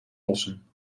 lossen